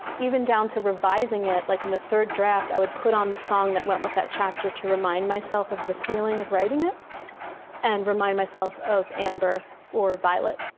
even down to revising it, like in the third draft, i would put on the song that went with that chapter to remind myself of the feeling of writing it and remind myself of amber or violet.